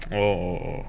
orh orh orh